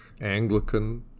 Anglican